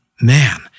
Man